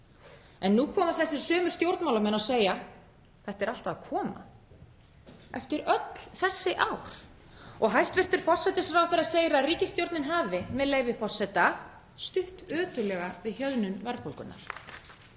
En nú koma þessir sömu stjórnmálamenn og segja: Þetta er allt að koma — eftir öll þessi ár. Og hæstv. forsætisráðherra segir að ríkisstjórnin hafi, með leyfi forseta, „stutt ötullega við hjöðnun verðbólgu“.